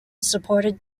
supported